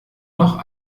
noch